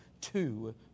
two